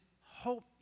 hope